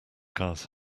cars